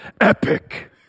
epic